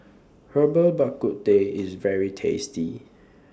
Herbal Bak Ku Teh IS very tasty